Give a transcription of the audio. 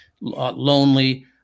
lonely